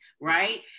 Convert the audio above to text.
right